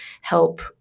help